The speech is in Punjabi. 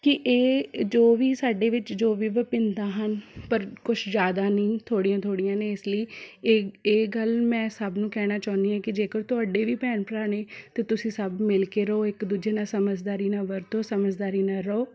ਕਿ ਇਹ ਜੋ ਵੀ ਸਾਡੇ ਵਿੱਚ ਜੋ ਵੀ ਵਿਭਿੰਨਤਾ ਹਨ ਪਰ ਕੁਝ ਜ਼ਿਆਦਾ ਨਹੀਂ ਥੋੜ੍ਹੀਆਂ ਥੋੜ੍ਹੀਆਂ ਨੇ ਇਸ ਲਈ ਇਹ ਗੱਲ ਮੈਂ ਸਭ ਨੂੰ ਕਹਿਣਾ ਚਾਹੁੰਦੀ ਹਾਂ ਕਿ ਜੇਕਰ ਤੁਹਾਡੇ ਵੀ ਭੈਣ ਭਰਾ ਨੇ ਅਤੇ ਤੁਸੀਂ ਸਭ ਮਿਲ ਕੇ ਰਹੋ ਇੱਕ ਦੂਜੇ ਦਾ ਸਮਝਦਾਰੀ ਨਾਲ ਵਰਤੋਂ ਸਮਝਦਾਰੀ ਨਾਲ ਰਹੋ